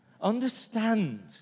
Understand